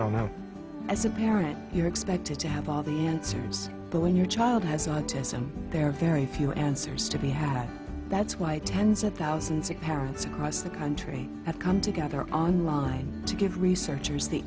don't know as a parent you are expected to have all the answers but when your child has autism there are very few answers to be had and that's why tens of thousands of parents cross the country that come together online to give researchers the